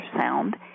sound